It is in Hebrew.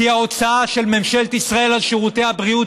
כי ההוצאה של ממשלת ישראל על שירותי הבריאות